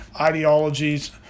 ideologies